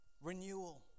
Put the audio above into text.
Renewal